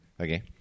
Okay